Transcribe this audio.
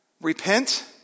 repent